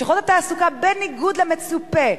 לשכות התעסוקה, בניגוד למצופה,